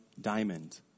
diamond